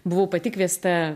buvau pati kviesta